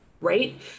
right